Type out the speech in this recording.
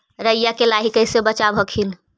राईया के लाहि कैसे बचाब हखिन?